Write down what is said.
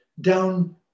down